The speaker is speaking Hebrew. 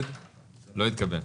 לא אושר לא התקבל.